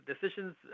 decisions